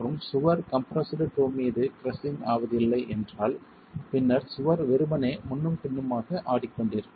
மற்றும் சுவர் compressed toe மீது கிரஸ்ஸிங் ஆவதில்லை என்றால் பின்னர் சுவர் வெறுமனே முன்னும் பின்னுமாக ஆடிக்கொண்டிருக்கும்